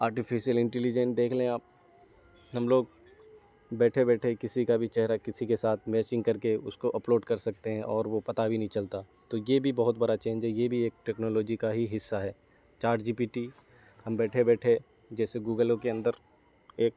artificial intelligent دیکھ لیں آپ ہم لوگ بیٹھے بیٹھے کسی کا بھی چہرہ کسی کے ساتھ میچنگ کر کے اس کو اپلوڈ کر سکتے ہیں اور وہ پتا بھی نہیں چلتا تو یہ بھی بہت بڑا چینج ہے یہ بھی ایک ٹیکنالوجی کا ہی حصہ ہے چاٹ جی پی ٹی ہم بیٹھے بیٹھے جیسے گوگلو کے اندر ایک